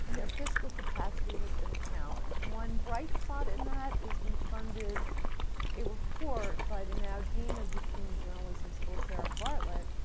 their fiscal capacity has been a challenge. one bright spot in that is we funded a report by the now dean of cuny journalism school, sarah bartlett,